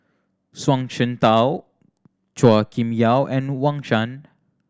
Zhuang Shengtao Chua Kim Yeow and Wang Sha